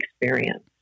experience